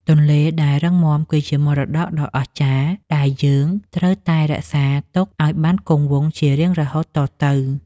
ទន្លេដែលរឹងមាំគឺជាមរតកដ៏អស្ចារ្យដែលយើងត្រូវតែរក្សាទុកឱ្យបានគង់វង្សជារៀងរហូតតទៅ។